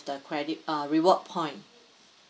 the credit uh reward point